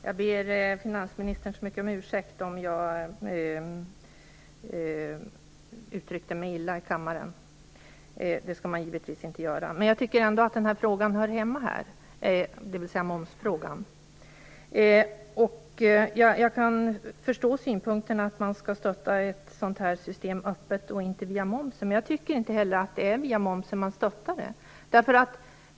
Herr talman! Jag ber finansministern så mycket om ursäkt om jag uttryckte mig illa i kammaren. Det skall man givetvis inte göra. Jag tycker ändå att momsfrågan hör hemma här. Jag kan förstå synpunkten att man skall stötta ett sådant här system öppet och inte via momsen, men jag tycker inte heller att det är via momsen man stöttar det.